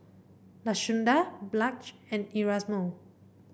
Lashunda Blanch and Erasmo